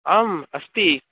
आम् अस्ति